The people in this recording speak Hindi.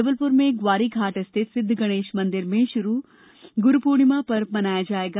जबलपुर में ग्वारी घाट स्थित सिद्ध गणेश मंदिर में गुरू पूर्णिमा पर्व मनाया जाएगा